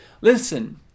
Listen